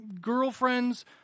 girlfriend's